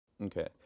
Okay